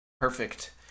Perfect